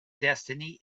destiny